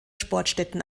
sportstätten